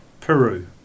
Peru